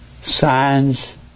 signs